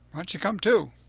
don't you come, too?